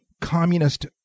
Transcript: communist